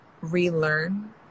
relearn